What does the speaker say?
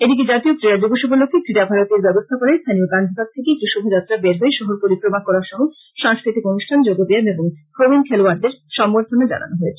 এদিকে জাতীয় ক্রীড়া দিবস উপলক্ষ্যে ক্রীড়া ভারতীর ব্যবস্থাপনায় স্থানীয় গান্ধীবাগ থেকে একটি শোভাযাত্রা বের হয়ে শহর পরিক্রমা করা সহ সাংস্কৃতিক অনুষ্ঠান যোগ ব্যায়াম এবং প্রবীন খেলোয়াড়দের সংবর্ধনা জানানো হয়েছে